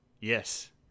Yes